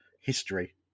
history